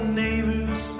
neighbors